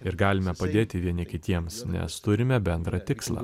ir galime padėti vieni kitiems nes turime bendrą tikslą